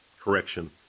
Correction